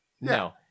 No